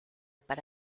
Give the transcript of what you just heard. para